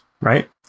right